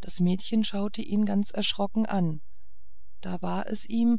das mädchen schaute ihn ganz erschrocken an da war es ihm